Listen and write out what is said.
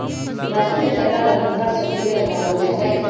लहसुन के तड़का लगभग हर सब्जी में लगावल जाहई